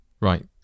Right